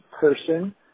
person